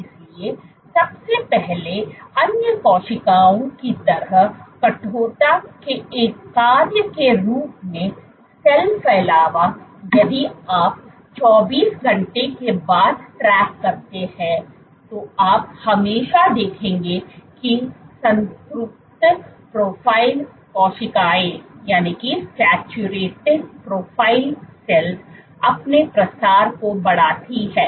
इसलिए सबसे पहले अन्य कोशिकाओं की तरह कठोरता के एक कार्य के रूप में सेल फैलावा यदि आप 24 घंटों के बाद ट्रैक करते हैं तो आप हमेशा देखेंगे कि संतृप्त प्रोफ़ाइल कोशिकाएं अपने प्रसार को बढ़ाती हैं